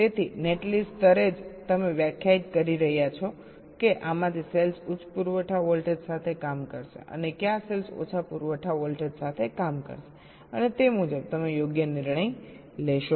તેથી નેટલિસ્ટ સ્તરે જ તમે વ્યાખ્યાયિત કરી રહ્યા છો કે આમાંથી સેલ્સ ઉચ્ચ પુરવઠા વોલ્ટેજ સાથે કામ કરશે અને કયા સેલ્સ ઓછા પુરવઠા વોલ્ટેજ સાથે કામ કરશે અને તે મુજબ તમે યોગ્ય નિર્ણય લેશો